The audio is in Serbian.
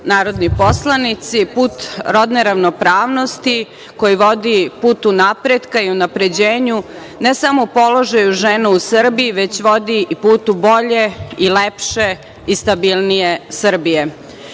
narodni poslanici, put rodne ravnopravnosti, koji vodi putu napretka i unapređenju ne samo položaju žena u Srbiji, već vodi putu bolje i lepše i stabilnije